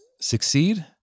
succeed